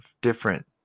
different